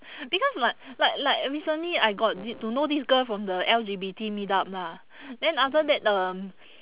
because like like like recently I got to know this girl from the L_G_B_T meet up lah then after that um